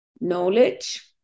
knowledge